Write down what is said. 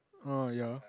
orh ya